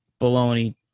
baloney